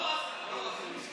מה הוא עשה?